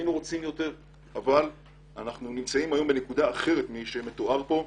היינו רוצים יותר אבל אנחנו נמצאים היום בנקודה אחרת ממה שמתואר פה.